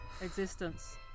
existence